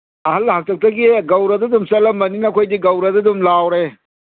ꯑꯍꯜ ꯍꯥꯛꯇꯛꯇꯒꯤ ꯒꯧꯔꯗ ꯑꯗꯨꯝ ꯆꯠꯂꯝꯕꯅꯤꯅ ꯑꯩꯈꯣꯏꯗꯤ ꯒꯧꯔꯗ ꯑꯗꯨꯝ ꯂꯥꯎꯔꯦ